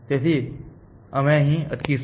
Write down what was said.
તેથી અમે અહીં અટકીશું